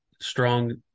strong